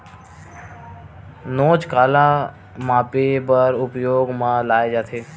नोच काला मापे बर उपयोग म लाये जाथे?